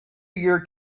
year